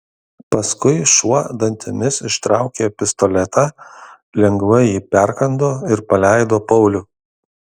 paskui šuo dantimis ištraukė pistoletą lengvai jį perkando ir paleido paulių